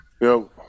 Yo